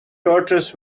torches